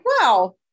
wow